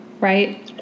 right